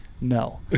No